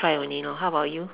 try only lor how about you